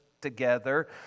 together